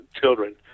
children